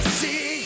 see